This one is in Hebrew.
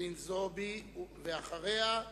חנין זועבי, ואחריה,